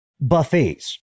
buffets